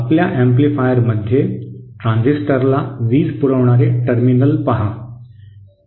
आपल्या एम्पलीफायरमध्ये ट्रांजिस्टरला वीज पुरवणारे टर्मिनल पहा